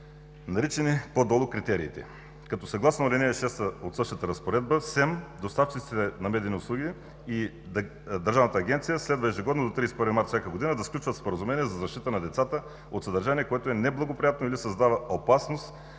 наричани по-долу критериите. Съгласно ал. 6 от същата Разпоредба, СЕМ, доставчиците на медийни услуги и Държавната агенция следва ежегодно до 31 март, да сключват споразумения за защита на децата от съдържание, което е неблагоприятно или създава опасност